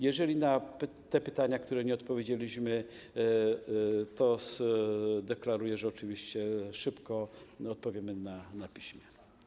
Jeżeli są pytania, na które nie odpowiedzieliśmy, to deklaruję, że oczywiście szybko odpowiemy na nie na piśmie.